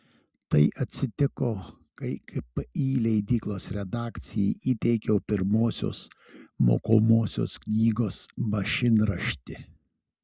tai atsitiko kai kpi leidyklos redakcijai įteikiau pirmosios mokomosios knygos mašinraštį